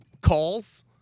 calls